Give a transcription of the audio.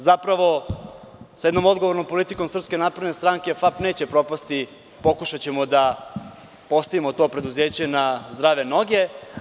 Zapravo, sa jednom odgovornom politikom SNS, FAP neće propasti pokušaćemo da postavimo preduzeće na zdrave noge.